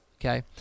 Okay